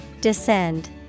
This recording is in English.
Descend